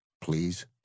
please